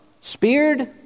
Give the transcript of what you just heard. speared